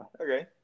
Okay